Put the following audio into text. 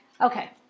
Okay